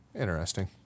Interesting